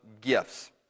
gifts